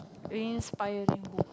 inspiring book